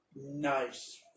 nice